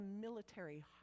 military